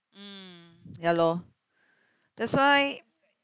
mm ya lor that's why